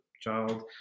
child